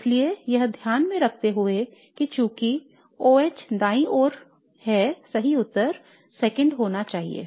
इसलिए यह ध्यान में रखते हुए कि चूंकि OH दाईं ओर है सही उत्तर II होना चाहिए